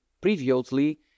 previously